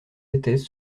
étaient